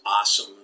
awesome